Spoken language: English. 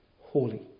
holy